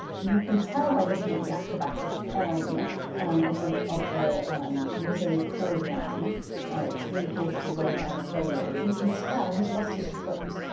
you can tell by looking at the acrobatic m um of the of the misericordiam three-quarters of the way down the folio you can tell he's lost his foot.